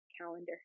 calendar